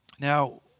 Now